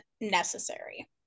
necessary